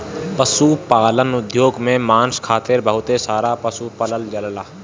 पशुपालन उद्योग में मांस खातिर बहुत सारा पशु पालल जालन